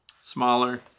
smaller